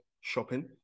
shopping